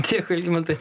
dėkui algimantai